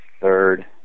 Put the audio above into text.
third